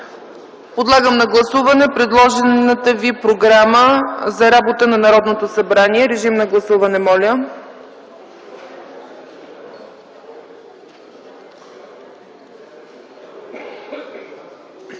Подлагам на гласуване предложената ви Програма за работата на Народното събрание. Гласували